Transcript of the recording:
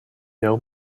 know